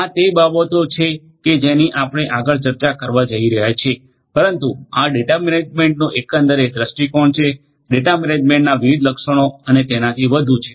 આ તે બાબતો છે કે જેની આપણે આગળ ચર્ચા કરવા જઈ રહ્યા છીએ પરંતુ આ ડેટા મેનેજમેન્ટ નો એકંદર દૃષ્ટિકોણ છે ડેટા મેનેજમેન્ટ ના વિવિધ લક્ષણો અને તેનાથી વધુ છે